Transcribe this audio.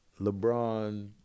Lebron